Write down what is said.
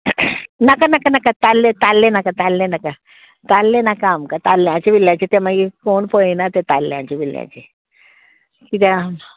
नाका नाका नाका ताल्लें ताल्लें नाका ताल्लें नाका ताल्लें नाका आमकां ताल्ल्याचें बिल्ल्याचें ते मागीर कोण पळयना तें ताल्ल्याचें बिल्ल्याचें कित्याक